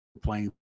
playing